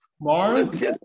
Mars